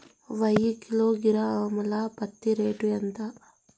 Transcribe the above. వెయ్యి కిలోగ్రాము ల పత్తి రేటు ఎంత?